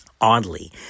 Oddly